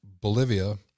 Bolivia